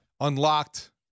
unlocked